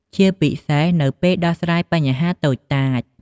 ជាពិសេសនៅពេលដោះស្រាយបញ្ហាតូចតាច។